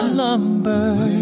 lumber